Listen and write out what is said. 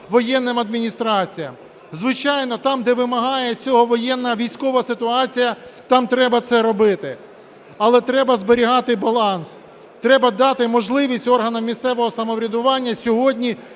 Звичайно, там, де вимагає цього воєнна, військова ситуація, там треба це робити. Але треба зберігати баланс, треба дати можливість органам місцевого самоврядування сьогодні